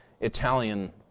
Italian